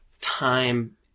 time